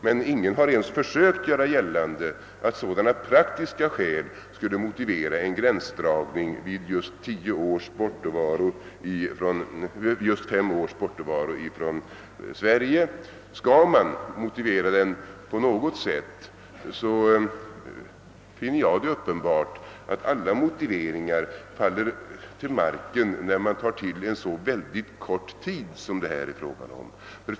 Men ingen har ens försökt göra gällande att sådana praktiska skäl skulle motivera en gränsdragning vid just fem års bortovaro från Sverige. Skall gränsdragningen motiveras på något sätt finner jag det uppenbart, att alla motiveringar faller till marken om man räknar med en så väldigt kort tid som det här är fråga om.